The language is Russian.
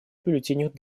бюллетенях